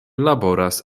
laboras